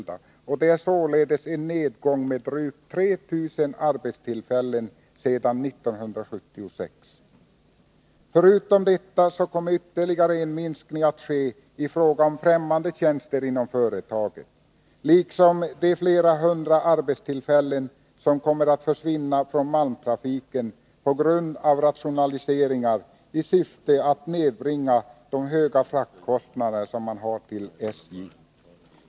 Det är en nedgång med drygt 3 000 arbetstillfällen sedan 1976. Dessutom kommer ytterligare en minskning att ske i fråga om främmande tjänster inom företaget. Flera hundra arbetstillfällen kommer också att försvinna från malmtrafiken på grund av rationaliseringar i syfte att nedbringa de höga fraktkostnader som företaget har att betala till SJ.